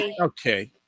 Okay